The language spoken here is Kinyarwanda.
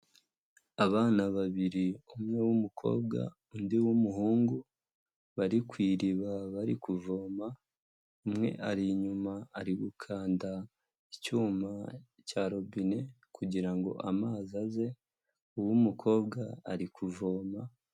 Abana babiri, umwe w'umukobwa, undi w'umuhungu bari ku iriba bari kuvoma, umwe ari inyuma ari gukanda icyuma cya robine kugira ngo amazi aze uw'umukobwa ari kuvoma.